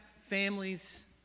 families